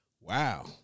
wow